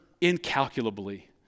incalculably